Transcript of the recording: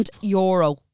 euro